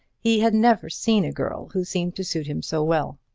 he had never seen a girl who seemed to suit him so well.